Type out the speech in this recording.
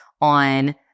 on